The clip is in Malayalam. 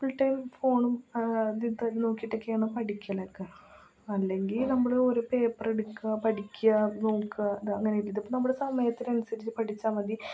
ഫുൾടൈം ഫോണും അതിൽത്തന്നെ നോക്കിയിട്ടൊക്കെയാണ് പഠിക്കലൊക്കെ അല്ലെങ്കിൽ നമ്മൾ ഒരു പേപ്പർ എടുക്കുക പഠിക്കുക നോക്കുക അത് അങ്ങനെയായിരുന്നു ഇതിപ്പം നമ്മുടെ സമയത്തിനനുസരിച്ച് പഠിച്ചാൽ മതി